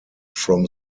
from